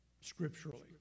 scripturally